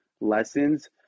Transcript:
lessons